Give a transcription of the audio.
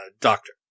doctor